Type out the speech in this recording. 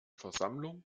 versammlung